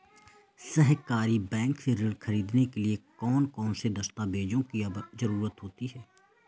सहकारी बैंक से ऋण ख़रीदने के लिए कौन कौन से दस्तावेजों की ज़रुरत होती है?